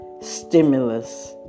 stimulus